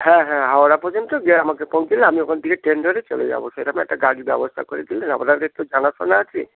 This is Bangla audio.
হ্যাঁ হ্যাঁ হাওড়া পর্যন্ত গিয়ে আমাকে পৌঁছে দিলে আমি ওখান থেকে ট্রেন ধরে চলে যাব সেইরকম একটা গাড়ির ব্যবস্থা করে দিেন আপনাদের তো জানাশোনা আছে